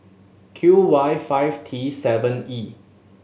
Q Y five T seven E